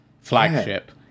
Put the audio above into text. flagship